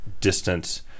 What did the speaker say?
distance